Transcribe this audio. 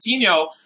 Coutinho